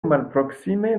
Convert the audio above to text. malproksime